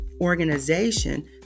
organization